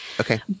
Okay